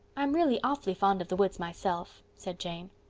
i'm really awfully fond of the woods myself, said jane.